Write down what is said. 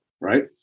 Right